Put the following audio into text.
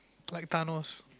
like Thanos